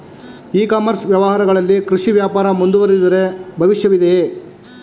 E commerce ವ್ಯವಹಾರಗಳಲ್ಲಿ ಕೃಷಿ ವ್ಯಾಪಾರ ಮುಂದುವರಿದರೆ ಭವಿಷ್ಯವಿದೆಯೇ?